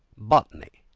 botany,